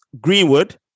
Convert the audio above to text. Greenwood